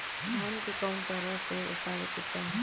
धान के कउन तरह से ओसावे के चाही?